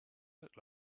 look